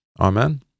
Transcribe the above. Amen